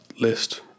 list